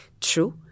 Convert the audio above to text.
True